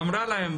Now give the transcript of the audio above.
אמרה להם,